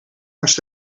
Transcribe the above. angst